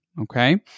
okay